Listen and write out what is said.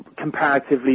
comparatively